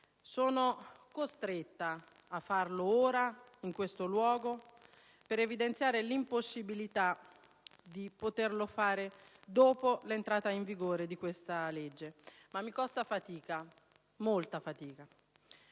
Sono costretta a farlo ora, in questo luogo, per evidenziare l'impossibilità di fare altrettanto dopo l'entrata in vigore di questa legge, ma mi costa fatica, molta fatica.